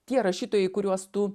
tie rašytojai kuriuos tu